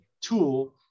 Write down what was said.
tool